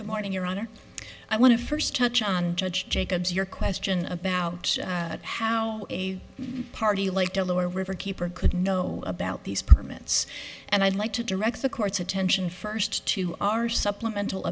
good morning your honor i want to first touch on judge jacobs your question about how a party like the lower riverkeeper could know about these permits and i'd like to direct the court's attention first to our supplemental